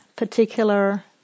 particular